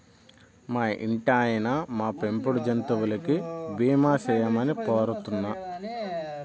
మా ఇంటాయినా, మా పెంపుడు జంతువులకి బీమా సేయమని పోరతన్నా